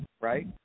right